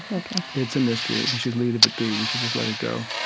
ok it's a mystery. we should leave it be. we should just let it go.